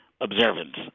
observance